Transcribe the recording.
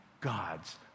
God's